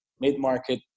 mid-market